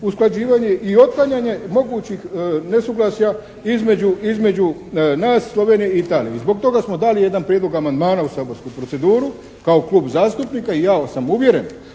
usklađivanje i otklanjanje mogućih nesuglasja između nas, Slovenije i Italije. I zbog toga smo dali jedan prijedlog amandmana u saborsku proceduru kao klub zastupnika i ja sam uvjeren